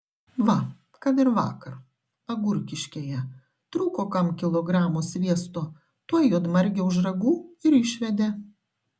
va kad ir vakar agurkiškėje trūko kam kilogramo sviesto tuoj juodmargę už ragų ir išvedė